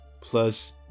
plus